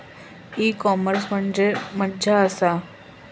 E commerce म्हणजे मझ्या आसा?